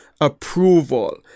approval